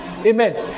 Amen